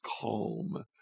calm